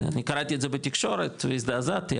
אני קראתי את זה בתקשורת והזדעזעתי,